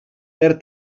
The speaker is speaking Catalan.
per